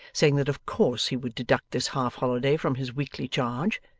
saying that of course he would deduct this half-holiday from his weekly charge,